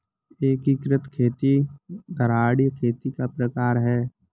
एकीकृत खेती धारणीय खेती का प्रकार है